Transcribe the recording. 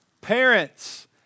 Parents